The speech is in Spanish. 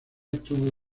tuvo